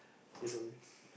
eh sorry